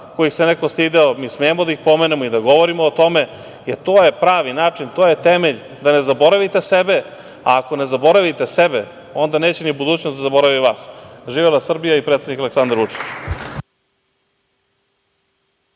kojih se neko stideo, mi smemo da ih pomenemo i da govorimo o tome. To je pravi način, to je temelj da ne zaboravite sebe, a ako ne zaboravite sebe onda neće ni budućnost da zaboravi vas. Živela Srbija i predsednik Aleksandar Vučić.